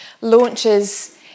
launches